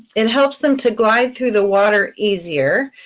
it helps them to glide through the water easier,